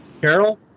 Carol